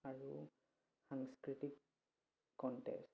আৰু সাংস্কৃতিক কণ্টেক্ট